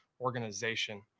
organization